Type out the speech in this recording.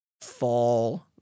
fall